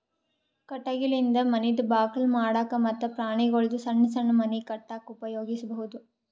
ಕಟಗಿಲಿಂದ ಮನಿದ್ ಬಾಕಲ್ ಮಾಡಕ್ಕ ಮತ್ತ್ ಪ್ರಾಣಿಗೊಳ್ದು ಸಣ್ಣ್ ಸಣ್ಣ್ ಮನಿ ಕಟ್ಟಕ್ಕ್ ಉಪಯೋಗಿಸಬಹುದು